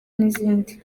n’izindi